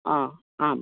आम् आम्